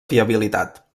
fiabilitat